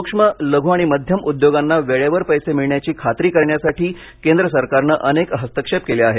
सूक्ष्म लघु आणि मध्यम उद्योगांना वेळेवर पैसे मिळण्याची खात्री करण्यासाठी केंद्र सरकारनं अनेक हस्तक्षेप केले आहेत